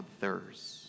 others